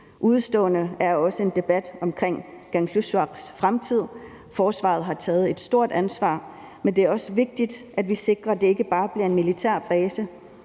udestående er også en debat omkring Kangerlussuaqs fremtid. Forsvaret har taget et stort ansvar, men det er vigtigt, at vi sikrer, at det ikke bare bliver en militærbase,